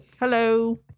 Hello